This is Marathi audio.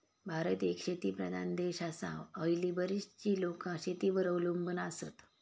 भारत एक शेतीप्रधान देश आसा, हयली बरीचशी लोकां शेतीवर अवलंबून आसत